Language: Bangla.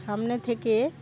সামনে থেকে